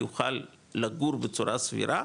יוכל לגור בצורה סבירה,